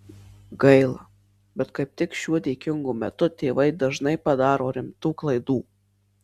gaila bet kaip tik šiuo dėkingu metu tėvai dažnai padaro rimtų klaidų